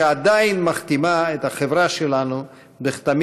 שעדיין מכתימה את החברה שלנו בכתמים